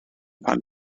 pan